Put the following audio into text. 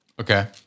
Okay